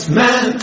man